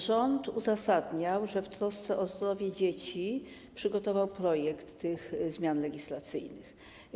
Rząd uzasadnia, że to w trosce o zdrowie dzieci przygotował projekt tych zmian legislacyjnych.